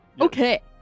Okay